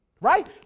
Right